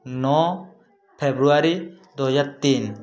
ନଅ ଫେବୃଆରୀ ଦୁଇ ହଜାର ତିନି